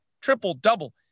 triple-double